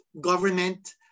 government